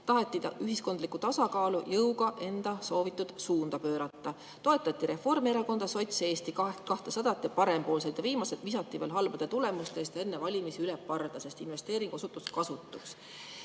taheti ühiskondlikku tasakaalu jõuga enda soovitud suunda pöörata. Toetati Reformierakonda, sotse, Eesti 200-t ja Parempoolseid. Viimased visati halbade tulemuste eest enne valimisi üle parda, sest investeering osutus kasutuks.